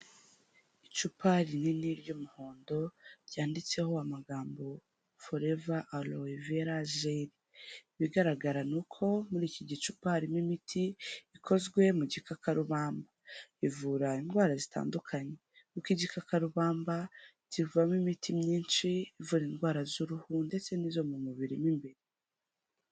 Icupa rinini ry'umuhondo ryanditseho amagambo Forever aloe vera gel, ibigaragara ni uko muri iki gicupa harimo imiti ikozwe mu gikakarubamba, ivura indwara zitandukanye kuko igikakarubamba kivamo imiti myinshi ivura indwara z'uruhu ndetse n'izo mu mubiri mo imbere.